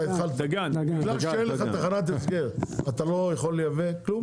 בגלל שאין לך תחנת הסגר, אתה לא יכול לייבא כלום?